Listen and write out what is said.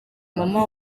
mama